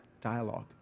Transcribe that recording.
dialogue